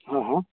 हँ हँ